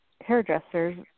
hairdressers